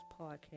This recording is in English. podcast